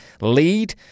Lead